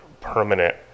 permanent